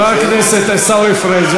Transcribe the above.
חבר הכנסת עיסאווי פריג',